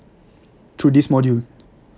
through this module